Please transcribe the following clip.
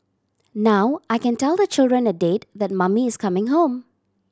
now I can tell the children a date that mummy is coming home